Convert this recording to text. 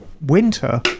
winter